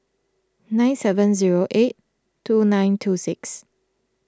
nine seven zero eight two nine two six